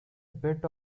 bit